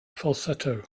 falsetto